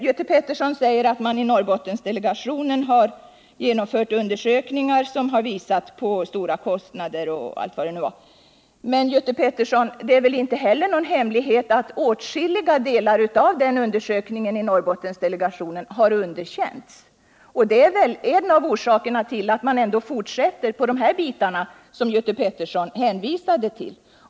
Göte Pettersson säger att Norrbottensdelegationen har genomfört undersökningar som visat på stora kostnader och allt vad det nu var. Men det är väl inte heller någon hemlighet att åtskilliga delar av Norrbottendelegationens undersökning har underkänts? Det är väl en av orsakerna till att man ändå fortsätter att arbeta med de bitar som Göte Pettersson hänvisade till?